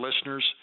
listeners